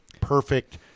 Perfect